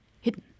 hidden